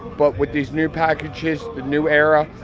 but with these new packages, the new era,